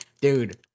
Dude